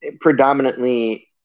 predominantly